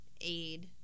aid